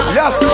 yes